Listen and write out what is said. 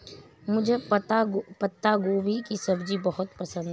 मुझे पत्ता गोभी की सब्जी बहुत पसंद है